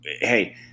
hey